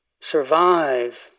survive